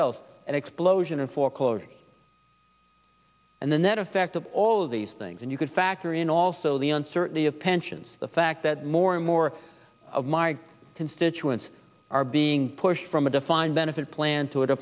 else an explosion of foreclosures and the net effect of all of these things and you could factor in also the uncertainty of pensions the fact that more and more of my constituents are being pushed from a defined benefit plan to